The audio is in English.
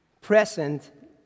present